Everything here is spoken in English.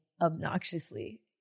obnoxiously